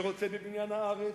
שרוצה בבניין הארץ,